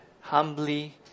humbly